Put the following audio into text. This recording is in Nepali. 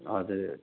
हजुर